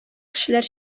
кешеләр